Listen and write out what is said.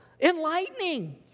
enlightening